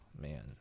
man